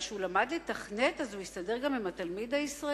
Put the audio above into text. משום שהוא למד לתכנת אז הוא יסתדר גם עם התלמיד הישראלי?